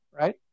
right